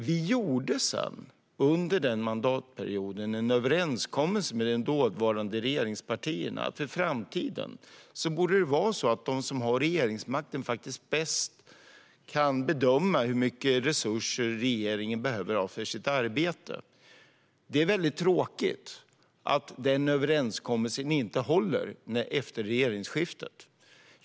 Vi gjorde sedan under denna mandatperiod en överenskommelse med de dåvarande regeringspartierna om att det i framtiden borde vara så att de som har regeringsmakten faktiskt bäst kan bedöma hur mycket resurser regeringen behöver ha för sitt arbete. Det är mycket tråkigt att denna överenskommelse inte håller efter regeringsskiftet.